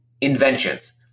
inventions